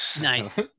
Nice